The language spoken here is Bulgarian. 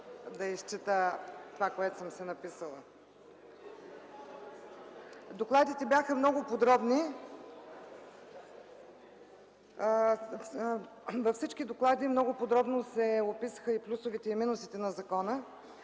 да изчета, което съм си написала. Докладите бяха много подробни и във всички тях много подробно се описаха и плюсовете, и минусите на закона.